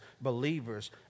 believers